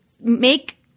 make